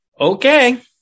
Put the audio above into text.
Okay